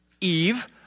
Eve